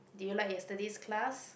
did you like yesterday's class